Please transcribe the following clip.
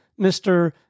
Mr